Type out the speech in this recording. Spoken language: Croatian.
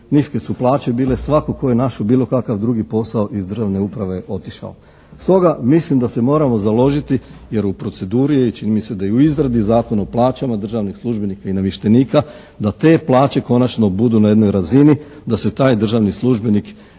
niske su plaće bile, svatko tko je našao bilo kakav drugi posao iz državne uprave je otišao. Stoga mislim da se moramo založiti jer u proceduri je čini mi se da je i u izradi Zakon o plaćama državnih službenika i namještenika, da te plaće konačno budu na jednoj razini da se taj državni službenik ne